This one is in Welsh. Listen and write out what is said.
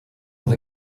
oedd